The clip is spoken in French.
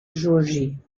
géorgie